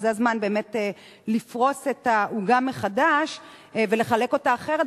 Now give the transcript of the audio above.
וזה הזמן באמת לפרוס את העוגה מחדש ולחלק אותה אחרת.